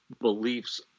beliefs